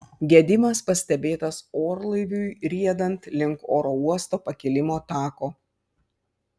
gedimas pastebėtas orlaiviui riedant link oro uosto pakilimo tako